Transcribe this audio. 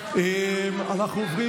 אני קובע